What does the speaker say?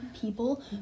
people